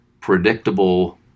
predictable